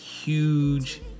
huge